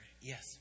Yes